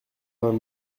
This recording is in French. vingt